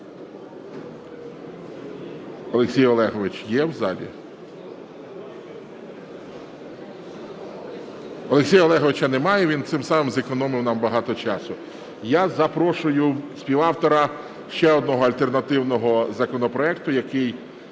Олексій Олегович є в залі? Олексія Олеговича немає, він цим самим зекономив нам багато часу. Я запрошую співавтора ще одного альтернативного законопроекту, який